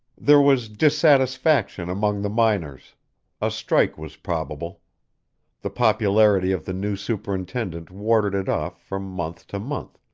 there was dissatisfaction among the miners a strike was probable the popularity of the new superintendent warded it off from month to month,